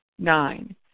Nine